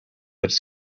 its